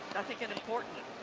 i think an important